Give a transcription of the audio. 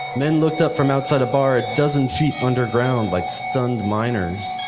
men looked up from outside a bar a dozen feet underground like stunned minors,